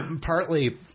partly